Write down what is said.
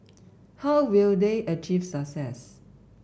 how will they achieve success